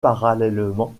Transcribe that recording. parallèlement